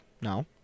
No